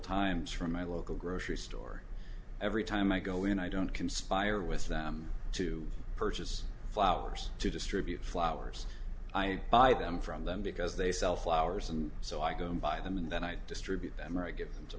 times from my local grocery store every time i go in i don't conspire with them to purchase flowers to distribute flowers i buy them from them because they sell flowers and so i go and buy them and then i distribute them or i give